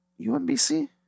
UMBC